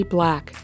Black